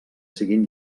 siguin